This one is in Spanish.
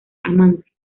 amante